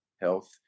health